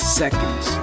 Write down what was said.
seconds